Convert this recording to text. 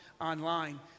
online